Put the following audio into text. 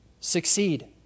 succeed